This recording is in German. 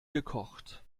gekocht